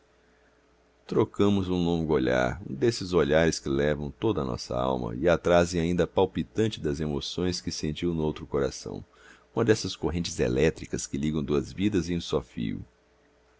trocamos um longo olhar um desses olhares que levam toda a nossa alma e a trazem ainda palpitante das emoções que sentiu noutro coração uma dessas correntes elétricas que ligam duas vidas em um só fio